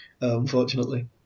unfortunately